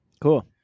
Cool